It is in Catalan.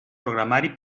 programari